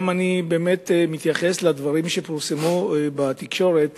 אני מתייחס לדברים שפורסמו בתקשורת